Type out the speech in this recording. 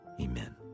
amen